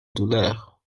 douleur